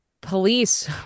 police